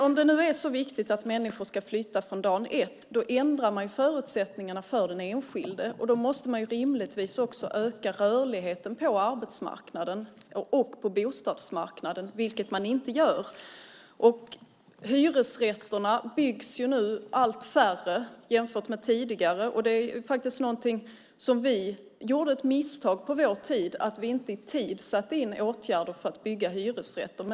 Om det nu är så viktigt att människor ska flytta från dag ett ändrar man förutsättningarna för den enskilde. Då måste man rimligtvis också öka rörligheten på arbetsmarknaden och på bostadsmarknaden, vilket man inte gör. Det byggs nu allt färre hyresrätter jämfört med tidigare. Det var ett misstag vi gjorde på vår tid då vi inte i tid satte in åtgärder för att bygga hyresrätter.